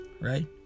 Right